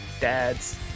dads